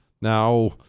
Now